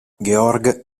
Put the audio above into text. georg